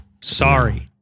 Sorry